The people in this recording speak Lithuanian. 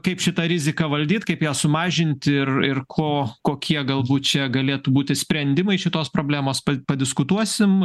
kaip šitą riziką valdyt kaip ją sumažinti ir ir ko kokie galbūt čia galėtų būti sprendimai šitos problemos padiskutuosim